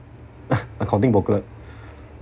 accounting booklet